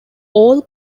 all